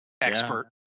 expert